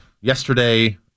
yesterday